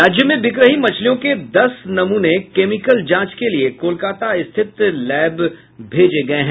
राज्य में बिक रही मछलियों के दस नमूने केमिकल जांच के लिये कोलकत्ता स्थित लैब में भेजा गया है